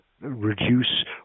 reduce